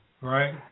right